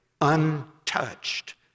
untouched